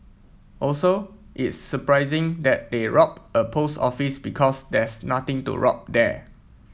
also it's surprising that they rob a post office because there's nothing to rob there